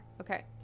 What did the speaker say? Okay